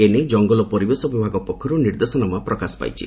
ଏ ନେଇ ଜଙ୍ଗଲ ଓ ପରିବେଶ ବିଭାଗ ପକ୍ଷରୁ ନିର୍ଦ୍ଦେଶନାମା ପ୍ରକାଶ ପାଇଛି